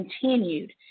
continued